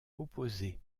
opposée